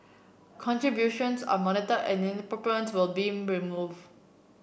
contributions are monitored and inappropriate ones will be removed